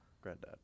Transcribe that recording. granddad